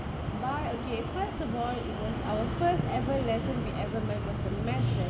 boy okay first of all it was the first ever lesson we ever met was the me~